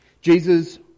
Jesus